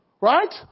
right